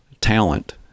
talent